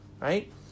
Right